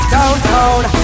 Downtown